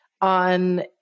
on